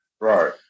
Right